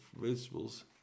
vegetables